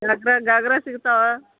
ghagra ghagra ಸಿಗ್ತಾವಾ